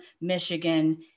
Michigan